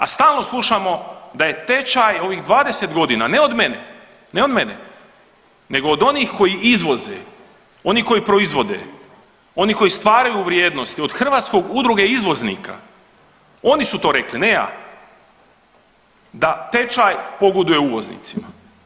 A stalno slušamo da je tečaj ovih 20 godina, ne od mene, ne od mene, nego od onih koji izvoze, oni koji proizvode, oni koji stvaraju vrijednosti od hrvatskog udruge izvoznika, oni su to rekli, ne ja, da tečaj pogoduje uvoznicima.